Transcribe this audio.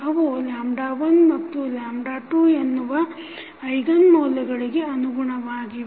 ಅವು 1 and 2 ಎನ್ನುವ eigen ಮೌಲ್ಯಗಳಿಗೆ ಅನುಗುಣವಾಗಿವೆ